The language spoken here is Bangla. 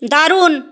দারুণ